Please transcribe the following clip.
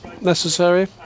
necessary